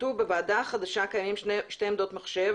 כתוב "בוועדה החדשה קיימות שתי עמדות מחשב